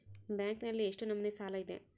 ಬ್ಯಾಂಕಿನಲ್ಲಿ ಎಷ್ಟು ನಮೂನೆ ಸಾಲ ಇದೆ?